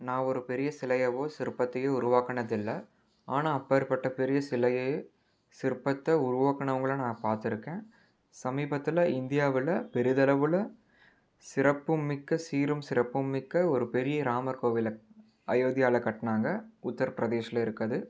நான் ஒரு பெரிய சிலையவோ சிற்பத்தையும் உருவாக்கினதுல்ல ஆனால் அப்பேற்பட்ட பெரிய சிலைய சிற்பத்தை உருவாங்குனவங்களை நான் பார்த்துருக்கேன் சமீபத்தில் இந்தியாவில் பெரிதளவில் சிறப்பு மிக்க சீரும் சிறப்பும் மிக்க ஒரு பெரிய ராமர் கோவிலை அயோத்தியாவில் கட்டினாங்க உத்ரப்பிரேதஷில் இருக்குது அது